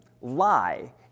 lie